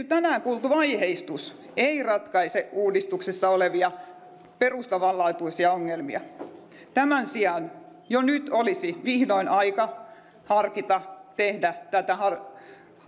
tänään esitetty vaiheistus ei ratkaise uudistuksessa olevia perustavanlaatuisia ongelmia tämän sijaan nyt olisi vihdoin aika harkita ja tehdä tätä